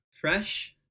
fresh